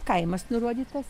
kaimas nurodytas